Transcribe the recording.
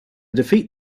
defeat